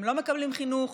הם לא מקבלים חינוך,